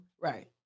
Right